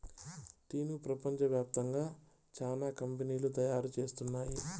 టీను ప్రపంచ వ్యాప్తంగా చానా కంపెనీలు తయారు చేస్తున్నాయి